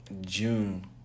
June